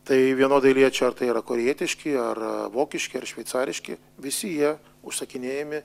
tai vienodai liečia ar tai yra korėjietiški ar vokiški ar šveicariški visi jie užsakinėjami